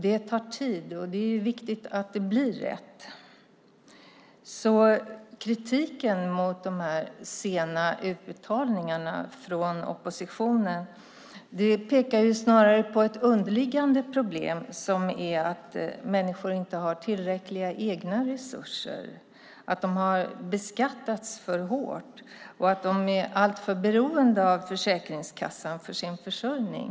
Det tar tid, och det är viktigt att det blir rätt. Kritiken från oppositionen mot de sena utbetalningarna pekar snarare på ett underliggande problem: att människor inte har tillräckliga egna resurser, att de har beskattats för hårt och att de är alltför beroende av Försäkringskassan för sin försörjning.